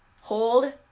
hold